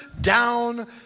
down